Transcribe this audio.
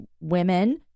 women